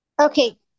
Okay